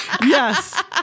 Yes